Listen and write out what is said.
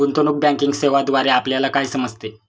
गुंतवणूक बँकिंग सेवांद्वारे आपल्याला काय समजते?